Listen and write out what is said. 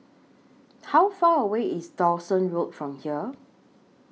How Far away IS Dawson Road from here